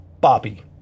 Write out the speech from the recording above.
Bobby